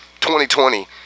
2020